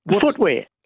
footwear